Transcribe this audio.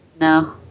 no